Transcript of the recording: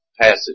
passage